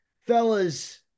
Fellas